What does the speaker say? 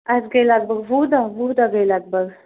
اَسہِ گٔے لگ بگ وُہ دۄہ وُہ دۄہ گٔے لگ بگ